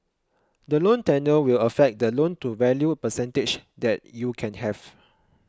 the loan tenure will affect the loan to value percentage that you can have